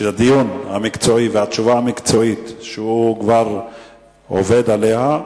הדיון המקצועי והתשובה המקצועית שהוא כבר עובד עליה.